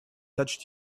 touched